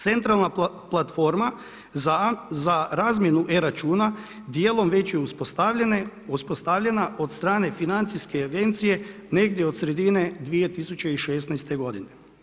Centralna platforma za razmjenu e računa dijelom već je uspostavljena od strane financijske agencije negdje od sredine 2016. godine.